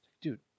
dude